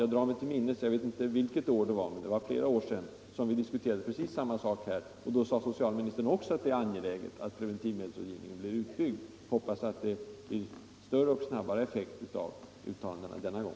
Jag drar mig till minnes - jag vet inte vilket år det var, men det var flera år sedan — att vi diskuterade precis samma sak här och att socialministern då sade precis likadant: att det är angeläget att preventivmedelsrådgivningen blir utbyggd. Jag hoppas att det blir en större och snabbare effekt av uttalandena denna gång.